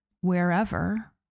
wherever